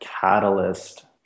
catalyst